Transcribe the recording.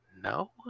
No